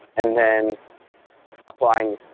and then applying